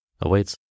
awaits